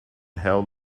held